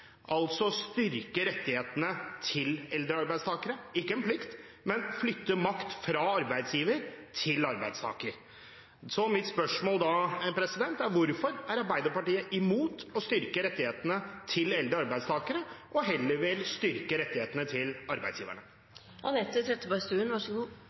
altså styrker rettighetene til eldre arbeidstakere – ikke en plikt – og som flytter makt fra arbeidsgiver til arbeidstaker. Da er mitt spørsmål: Hvorfor er Arbeiderpartiet imot å styrke rettighetene til eldre arbeidstakere, hvorfor vil de heller styrke rettighetene til